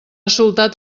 soltat